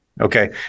okay